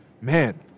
Man